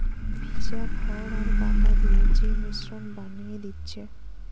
ভিজা খড় আর পাতা দিয়ে যে মিশ্রণ বানিয়ে দিচ্ছে